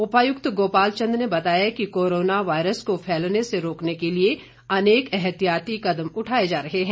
उपायुक्त गोपाल चंद ने बताया कि कोरोना वायरस को फैलने से रोकने के लिए अनेक एहतियाती कदम उठाए जा रहे हैं